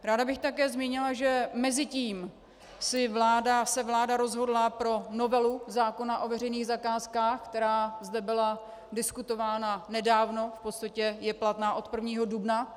Ráda bych také zmínila, že mezitím se vláda rozhodla pro novelu zákona o veřejných zakázkách, která zde byla diskutována nedávno, v podstatě je platná od 1. dubna.